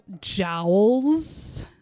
jowls